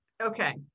okay